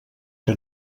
que